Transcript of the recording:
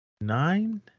nine